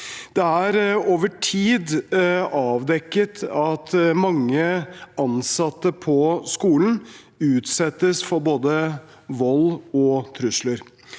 Det er over tid avdekket at mange ansatte på skolen utsettes for både vold og trusler.